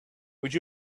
would